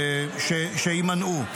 שיימנעו,